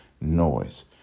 noise